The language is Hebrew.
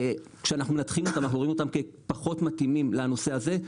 כשאנחנו מנתחים אותם אנחנו רואים אותם כפחות מתאימים לנושא הזה.